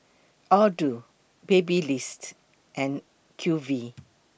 Aldo Babyliss and Q V